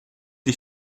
des